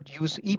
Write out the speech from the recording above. use